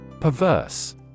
Perverse